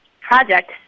project